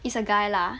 is a guy lah